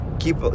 keep